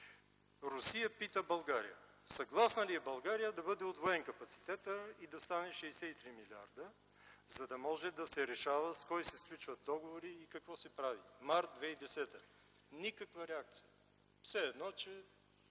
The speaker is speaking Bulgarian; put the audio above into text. Русия пита България: съгласна ли е България да бъде удвоен капацитетът и да стане 63 милиарда, за да може да се решава с кой се сключват договори и какво се прави? Март 2010 г. - никаква реакция, все едно че